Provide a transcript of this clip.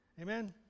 Amen